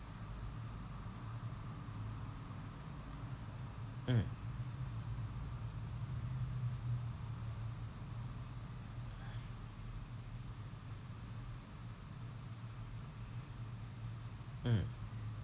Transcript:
mm mm